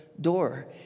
Door